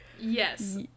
Yes